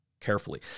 carefully